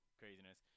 craziness